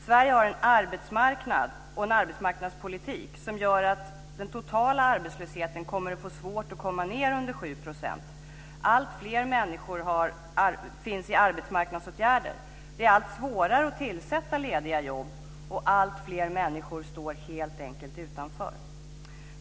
Sverige har en arbetsmarknad och en arbetsmarknadspolitik som gör att det kommer att bli svårt att få ned den totala arbetslösheten under 7 %. Alltfler människor finns i arbetsmarknadsåtgärder. Det är allt svårare att tillsätta lediga jobb. Alltfler människor står helt enkelt utanför.